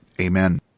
Amen